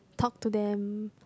talk to them